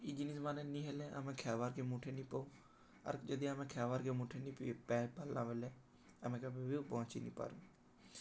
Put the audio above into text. ଇ ଜିନିଷ୍ମାନେ ନି ହେଲେ ଆମେ ଖାଇବାର୍କେ ମୁଠେ ନି ପାଉ ଆର୍ ଯଦି ଆମେ ଖାଇବାର୍କେ ମୁଠେ ନି ପି ପାଇପାରିଲା ବେଲେ ଆମେ କେବେ ବି ପହଞ୍ଚିିନିପାରୁ